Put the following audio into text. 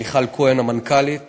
מיכל כהן, מנכ"לית